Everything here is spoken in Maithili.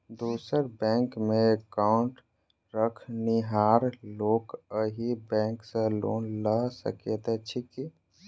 दोसर बैंकमे एकाउन्ट रखनिहार लोक अहि बैंक सँ लोन लऽ सकैत अछि की?